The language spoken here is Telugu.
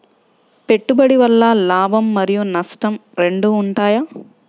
పెట్టుబడి వల్ల లాభం మరియు నష్టం రెండు ఉంటాయా?